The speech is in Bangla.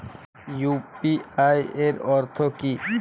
ইউ.পি.আই এর অর্থ কি?